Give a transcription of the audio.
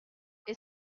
est